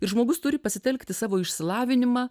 ir žmogus turi pasitelkti savo išsilavinimą